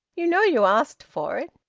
you know you asked for it.